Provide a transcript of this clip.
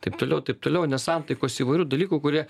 taip toliau taip toliau nesantaikos įvairių dalykų kurie